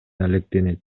алектенет